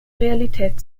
realität